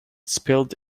spilled